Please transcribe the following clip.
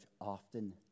often